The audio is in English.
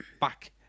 back